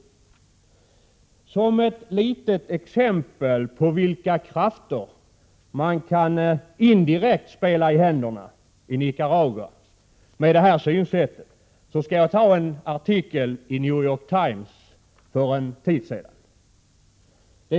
För att visa ett litet exempel på vilka krafter i Nicaragua man indirekt kan spela i händerna med detta synsätt, skall jag referera en artikel i The New York Times för en tid sedan. Där sägs bl.a. följande.